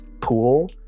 pool